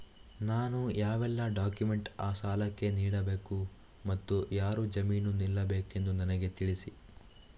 ನಾನು ಯಾವೆಲ್ಲ ಡಾಕ್ಯುಮೆಂಟ್ ಆ ಸಾಲಕ್ಕೆ ನೀಡಬೇಕು ಮತ್ತು ಯಾರು ಜಾಮೀನು ನಿಲ್ಲಬೇಕೆಂದು ನನಗೆ ತಿಳಿಸಿ?